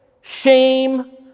shame